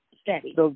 Steady